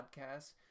podcast